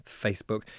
Facebook